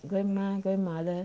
grandma grandmother